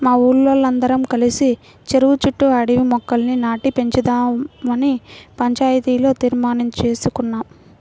మా ఊరోల్లందరం కలిసి చెరువు చుట్టూ అడవి మొక్కల్ని నాటి పెంచుదావని పంచాయతీలో తీర్మానించేసుకున్నాం